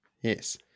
Yes